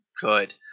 good